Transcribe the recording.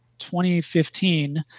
2015